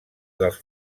dels